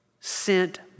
Sent